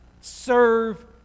serve